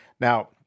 Now